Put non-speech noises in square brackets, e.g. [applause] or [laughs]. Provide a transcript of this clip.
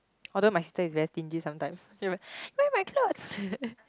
although my sister is very stingy sometimes you know you wear my clothes [laughs]